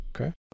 Okay